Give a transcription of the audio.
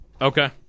Okay